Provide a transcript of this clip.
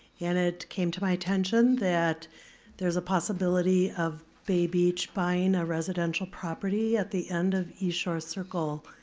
and it came to my attention that there's a possibility of bay beach buying a residential property at the end of east shore circle,